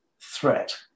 threat